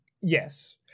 Yes